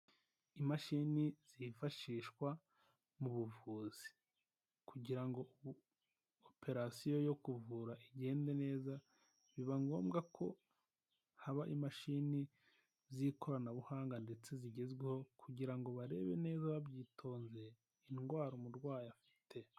Imashini zifashishwa mu buvuzi, kugira ngo operasiyo yo kuvura igende neza, biba ngombwa ko haba imashini z'ikoranabuhanga ndetse zigezweho, kugira barebe neza babyitonze, indwara umurwayi afite.